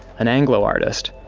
an anglo artist,